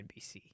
NBC